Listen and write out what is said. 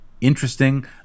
interesting